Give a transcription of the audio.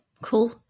Cool